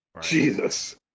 Jesus